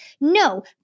No